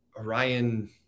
Orion